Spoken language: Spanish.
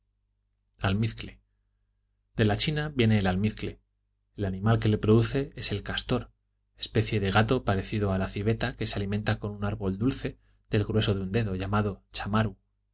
almizcle de la china viene el almizcle el animal que le produce es el castor especie de gato parecido a la civeta que se alimenta con un árbol dulce del grueso de un dedo llamado